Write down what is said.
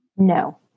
no